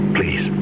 Please